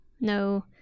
No